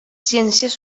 ciències